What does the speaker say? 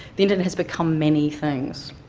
the internet has become many things.